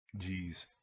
Jeez